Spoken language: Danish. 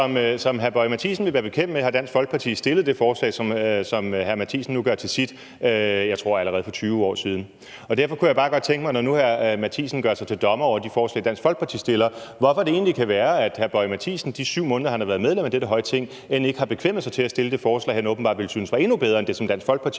være hr. Boje Mathiesen bekendt, har Dansk Folkeparti fremsat det forslag, som hr. Boje Mathiesen nu gør til sit, allerede for 20 år siden, tror jeg det var. Derfor kunne jeg bare godt tænke mig at spørge, når nu hr. Mathiesen gør sig til dommer over de forslag, Dansk Folkeparti fremsætter, hvordan det egentlig kan være, at hr. Mathiesen i de 7 måneder, han har været medlem af dette høje Ting, end ikke har bekvemmet sig til at fremsætte det forslag, han åbenbart synes ville være endnu bedre end det, som Dansk Folkeparti